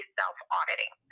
self-auditing